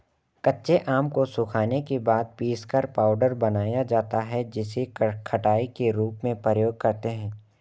कच्चे आम को सुखाने के बाद पीसकर पाउडर बनाया जाता है जिसे खटाई के रूप में प्रयोग करते है